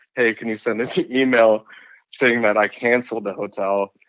hey. can you send this email saying that i canceled the hotel?